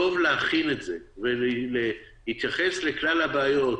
טוב להכין את זה ולהתייחס לכלל הבעיות,